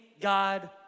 God